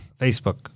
Facebook